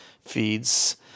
feeds